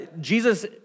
Jesus